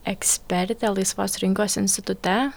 ekspertė laisvos rinkos institute